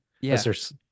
Yes